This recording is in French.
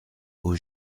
aux